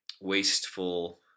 wasteful